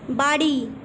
বাড়ি